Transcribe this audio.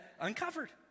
uncovered